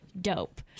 dope